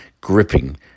gripping